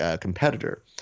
competitor